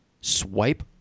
swipe